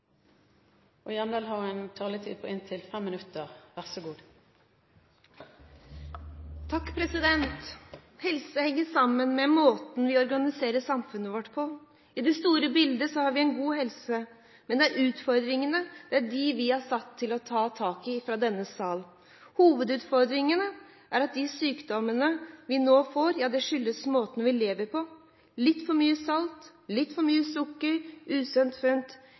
ein vil også ha fjernsynsreklame for smertestillande tablettar, for å nemna noko. Opposisjonen er på tilbodssida i valåret. Det hjelper lite når ein ikkje er einig om det aller mest grunnleggjande i helsepolitikken, nemleg folkehelsepolitikken. Helse henger sammen med måten vi organiserer samfunnet vårt på. I det store bildet har vi en god helse, men det er utfordringene vi er satt til å ta tak i fra denne sal. Hovedutfordringene er at de sykdommene vi nå får, skyldes måten vi lever på: litt for mye salt, litt